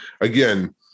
Again